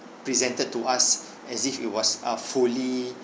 presented to us as if it was uh fully